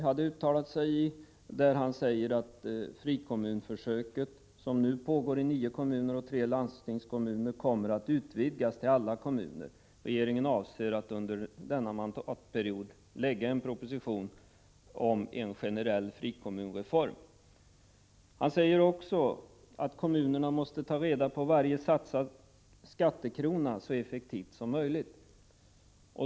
Han säger där att frikommunsförsöket, som nu pågår i nio kommuner och tre landstingskommuner, kommer att utvidgas till alla kommuner. Regeringen avser att under denna mandatperiod lägga fram en proposition om en generell frikommunreform. Han säger också att kommunerna måste ta vara på varje satsad skattekrona så effektivt som möjligt.